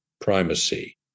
primacy